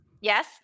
Yes